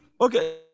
Okay